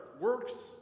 works